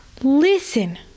listen